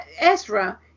Ezra